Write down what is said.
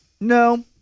No